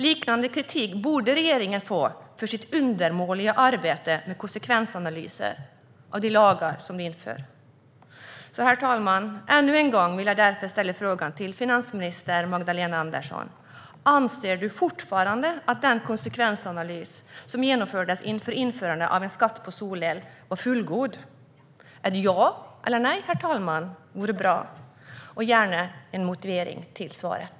Liknande kritik borde regeringen få för sitt undermåliga arbete med konsekvensanalyser av de lagar den inför. Herr talman! Ännu en gång vill jag därför ställa frågan till finansminister Magdalena Andersson: Anser du fortfarande att den konsekvensanalys som genomfördes inför införandet av en skatt på solel var fullgod? Ett "ja" eller "nej" vore bra, herr talman. Jag skulle också gärna vilja höra en motivering till svaret.